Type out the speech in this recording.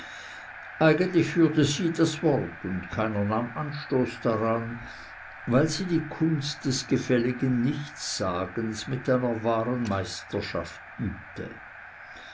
eigentlich führte sie das wort und keiner nahm anstoß daran weil sie die kunst des gefälligen nichtssagens mit einer wahren meisterschaft übte